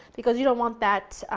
because you don't want that,